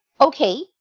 okay